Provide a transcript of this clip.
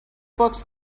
books